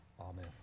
Amen